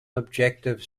objective